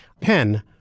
pen